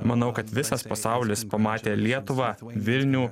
manau kad visas pasaulis pamatė lietuvą vilnių